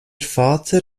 vater